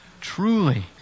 truly